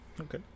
Okay